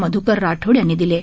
मध्कर राठोड यांनी दिली आहे